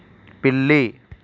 పిల్లి